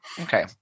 okay